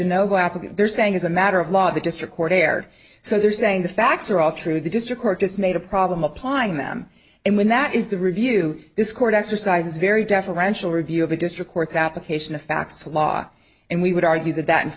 and they're saying as a matter of law the district court erred so they're saying the facts are all true the district court just made a problem applying them and when that is the review this court exercises very deferential review of the district courts application of facts to law and we would argue that that in